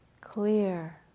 clear